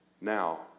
now